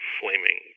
flaming